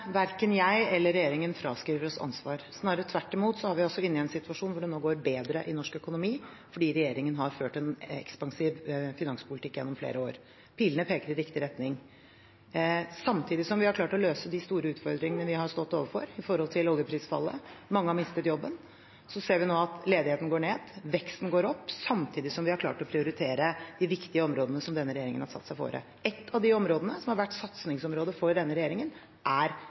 Verken jeg eller regjeringen fraskriver oss ansvar. Snarere tvert imot er vi i en situasjon hvor det nå går bedre i norsk økonomi, fordi regjeringen har ført en ekspansiv finanspolitikk gjennom flere år. Pilene peker i riktig retning. Samtidig som vi har klart å løse de store utfordringene vi har stått overfor når det gjelder oljeprisfallet – mange har mistet jobben – ser vi nå at ledigheten går ned, og veksten går opp. Samtidig har vi klart å prioritere de viktige områdene som denne regjeringen har satt seg fore. Ett av de områdene som har vært satsingsområde for denne regjeringen, er